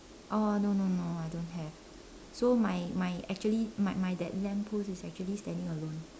oh no no no I don't have so my my actually my my that lamp post is actually standing alone